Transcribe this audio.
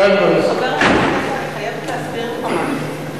חבר הכנסת עזרא, אני חייבת להסביר פה משהו.